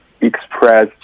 expressed